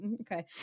okay